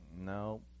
no